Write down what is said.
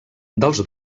dels